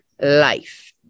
life